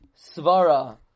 svara